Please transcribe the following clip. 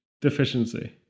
deficiency